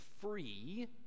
free